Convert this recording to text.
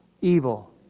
evil